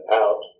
out